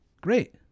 Great